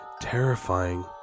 Terrifying